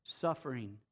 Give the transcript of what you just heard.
Suffering